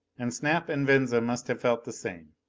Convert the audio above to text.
and snap and venza must have felt the same.